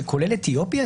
זה כולל את אתיופיה?